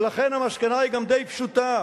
ולכן, המסקנה היא גם די פשוטה,